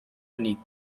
beneath